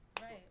Right